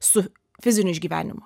su fiziniu išgyvenimu